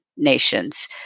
nations